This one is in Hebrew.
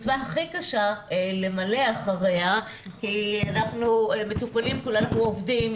למלא אחריה כי אנחנו כולנו עובדים,